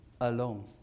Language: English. alone